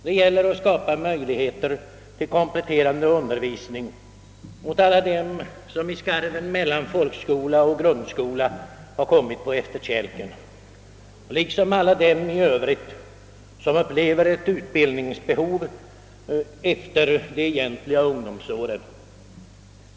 Det gäller att skapa möjligheter till kompletterande undervisning åt alla dem som i skarven mellan folkskola och grundskola har kommit på efterkälken, liksom åt alla dem i övrigt som upplever ett utbildningsbehov efter de egentliga ungdomsåren.